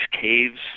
caves